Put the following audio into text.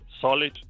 solid